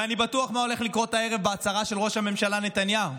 ואני בטוח במה שהולך לקרות הערב בהצהרה של ראש הממשלה נתניהו.